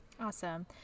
awesome